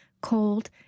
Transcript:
cold